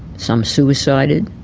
some suicided,